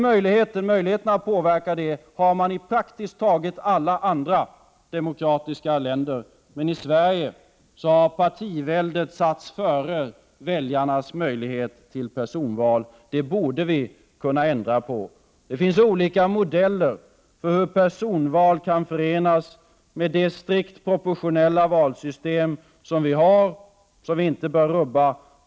Möjligheten till detta har man i praktiskt taget alla andra demokratiska länder, men i Sverige har partiväldet satts före väljarnas möjlighet till personval. Det borde vi kunna ändra på. Det finns olika modeller för hur personval kan förenas med det strikt proportionella valsystem som vi har och som vi inte bör rubba.